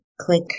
Click